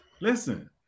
Listen